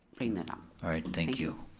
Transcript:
bring that up. alright, thank you.